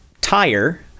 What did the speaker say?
tire